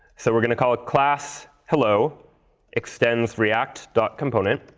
so we're going to call it class hello extends react component.